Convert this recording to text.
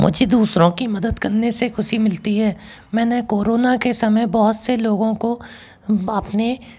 मुझे दूसरों की मदद करने से ख़ुशी मिलती है मैंने कोरोना के समय बहुत से लोगों को अपने